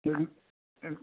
சரி